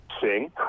sing